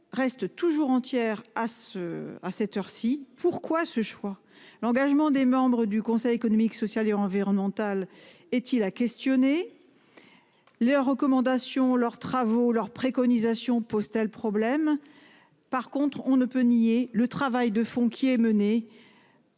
reste toujours entières à ce, à cette heure-ci. Pourquoi ce choix. L'engagement des membres du Conseil économique, social et environnemental est-il à questionner. Leurs recommandations, leurs travaux, leurs préconisations pose-t-elle problème par contre on ne peut nier le travail de fond qui est menée.